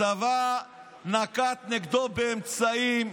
הצבא נקט נגדו אמצעים,